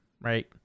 Right